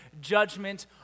judgment